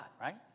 right